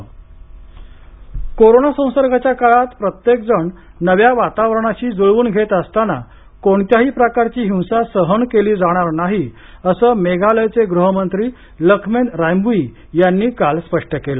मेघालय हल्ले कोरोना संसर्गाच्या काळात प्रत्येक जण नव्या वातावरणाशी जुळवून घेत असताना कोणत्याही प्रकारची हिंसा सहन केली जाणार नाही असं मेघालयचे गृहमंत्री लखमेन रायम्बुई यांनी काल स्पष्ट केलं